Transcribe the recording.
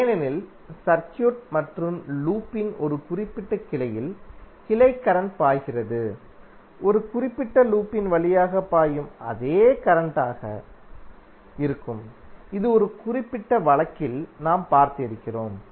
ஏனெனில் சர்க்யூட் மற்றும் லூப்பின் ஒரு குறிப்பிட்ட கிளையில் கிளை கரண்ட் பாய்கிறது ஒரு குறிப்பிட்ட லூப்பின் வழியாக பாயும் அதே கரண்ட்டாக இருக்கும் இது ஒரு குறிப்பிட்ட வழக்கில் நாம் பார்த்திருக்கிறோம்